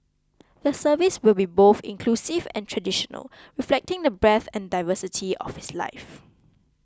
the service will be both inclusive and traditional reflecting the breadth and diversity of his life